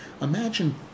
Imagine